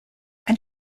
ein